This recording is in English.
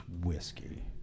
whiskey